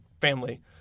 family